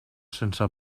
sense